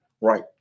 right